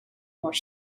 more